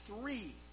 three